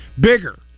Bigger